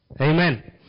Amen